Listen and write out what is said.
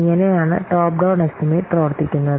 ഇങ്ങനെ ആണ് top down estimate പ്രവർത്തിക്കുന്നത്